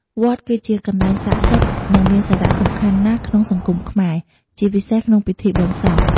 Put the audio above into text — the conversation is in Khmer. វត្តគឺជាកន្លែងស័ក្ដិសិទ្ធិ និងមានសារៈសំខាន់ណាស់ក្នុងសង្គមខ្មែរ ជាពិសេសក្នុងពិធីបុណ្យសព។